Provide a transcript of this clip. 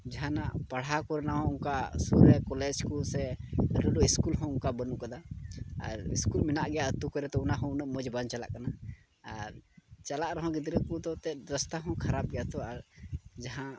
ᱡᱟᱦᱟᱱᱟᱜ ᱯᱟᱲᱦᱟᱣ ᱠᱚᱨᱮᱱᱟᱜ ᱦᱚᱸ ᱚᱱᱠᱟ ᱥᱩᱨ ᱨᱮ ᱠᱚᱞᱮᱡᱽ ᱠᱚ ᱥᱮ ᱤᱥᱠᱩᱞ ᱚᱱᱠᱟ ᱵᱟᱹᱱᱩᱜ ᱠᱟᱫᱟ ᱟᱨ ᱤᱥᱠᱩᱞ ᱢᱮᱱᱟᱜ ᱜᱮᱭᱟ ᱟᱹᱛᱩ ᱠᱚᱨᱮᱜ ᱫᱚ ᱚᱱᱟ ᱦᱚᱸ ᱩᱱᱟᱹᱜ ᱢᱚᱡᱽ ᱵᱟᱝ ᱪᱟᱞᱟᱜ ᱠᱟᱱᱟ ᱟᱨ ᱪᱟᱞᱟᱜ ᱨᱮᱦᱚᱸ ᱜᱤᱫᱽᱨᱟᱹ ᱠᱚ ᱫᱚ ᱮᱱᱛᱮᱫ ᱨᱟᱥᱛᱟ ᱦᱚᱸ ᱠᱷᱟᱨᱟᱯ ᱜᱮᱭᱟᱛᱚ ᱟᱨ ᱡᱟᱦᱟᱸ